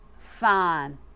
fine